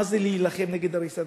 מה זה להילחם נגד בית-כנסת.